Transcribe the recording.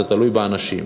זה תלוי באנשים.